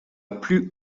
plus